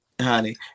honey